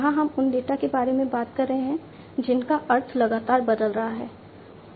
यहां हम उन डेटा के बारे में बात कर रहे हैं जिनका अर्थ लगातार बदल रहा है